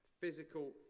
physical